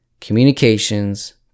communications